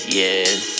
yes